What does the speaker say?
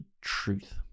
truth